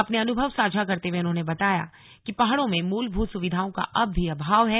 अपने अनुभव साझा करते हुए उन्होंने बताया कि पहाड़ों में मूलभूत सुविधाओं का अब भी अभाव है